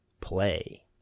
Play